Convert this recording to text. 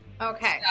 Okay